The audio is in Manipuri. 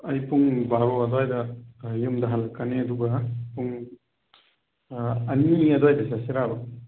ꯑꯩ ꯄꯨꯡ ꯕꯥꯔꯣ ꯑꯗꯨꯋꯥꯏꯗ ꯌꯨꯝꯗ ꯍꯂꯛꯀꯅꯤ ꯑꯗꯨꯒ ꯄꯨꯡ ꯑꯅꯤ ꯑꯗꯨꯋꯥꯏꯗ ꯆꯠꯁꯤꯔꯕ